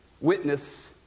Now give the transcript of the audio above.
Witness